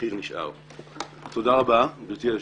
תודה רבה, גברתי היושבת-ראש.